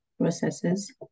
processes